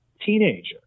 teenager